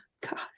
God